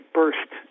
burst